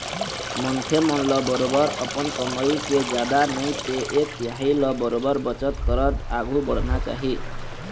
मनखे मन ल बरोबर अपन कमई के जादा नई ते एक तिहाई ल बरोबर बचत करत आघु बढ़ना चाही